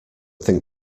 think